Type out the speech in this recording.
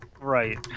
right